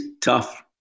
tough